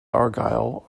argyle